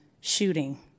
shooting